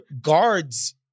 guards